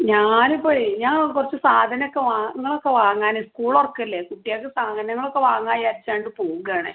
ഞാനിപ്പഴേ ഞാന് കുറച്ച് സാധനമൊക്കെ വാ ഇങ്ങളക്കെ വാങ്ങാൻ സ്കൂളൊറക്കല്ലെ കുട്ടികൾക്ക് സാധനങ്ങളൊക്കെ വാങ്ങാൻ വിചാരിച്ചോണ്ട് പോകാണ്